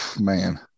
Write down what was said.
Man